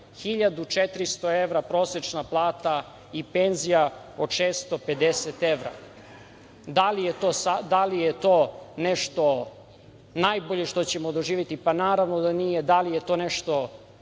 1.400 evra prosečna plata i penzija od 650 evra. Da li je to nešto najbolje što ćemo doživeti? Pa naravno da nije. Da li je to nešto